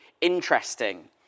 interesting